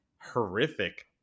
horrific